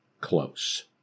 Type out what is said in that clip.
close